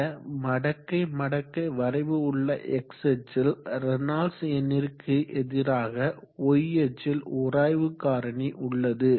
இந்த மடக்கை மடக்கை வரைவு உள்ள x அச்சில் ரேனால்ட்ஸ் எண்ணிற்கு எதிராக y அச்சில் உராய்வு காரணி உள்ளது